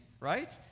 right